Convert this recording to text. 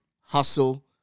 hustle